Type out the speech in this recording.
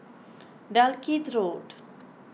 Dalkeith Road